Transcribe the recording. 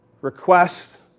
request